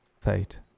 fate